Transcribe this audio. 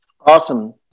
Awesome